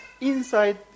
inside